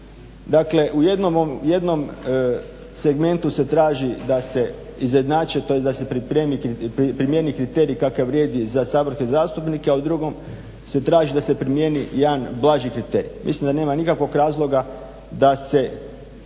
Dakle, u jednom segmentu se traži da se izjednače tj. da se primijeni kriterij kakav vrijedi za saborske zastupnike, a u drugom se traži da se primijeni jedan blaži kriterij. Mislim da nema nikakvog razloga da se kriterij